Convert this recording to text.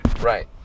Right